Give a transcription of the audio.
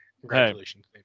Congratulations